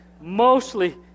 mostly